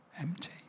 empty